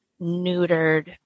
neutered